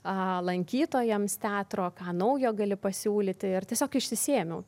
lankytojams teatro ką naujo gali pasiūlyti ir tiesiog išsisėmiau